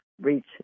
reach